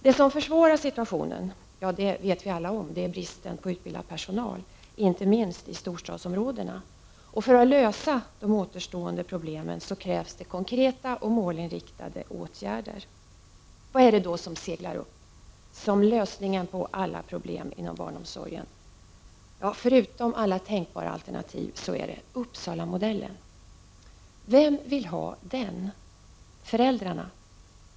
Det som försvårar situationen är som vi alla vet bristen på utbildad personal, inte minst i storstadsområdena. För att lösa de återstående problemen krävs konkreta och målinriktade åtgärder. Vad är det då som seglar upp som lösningen på alla problem inom barnomsorgen? Ja, förutom alla tänkbara alternativ är det Uppsalamodellen. Vem vill ha den? Föräldrarna?